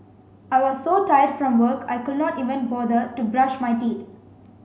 I was so tired from work I could not even bother to brush my teeth